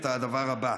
את הדבר הבא,